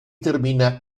termina